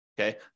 okay